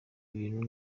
ibintu